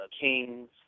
Kings